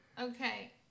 Okay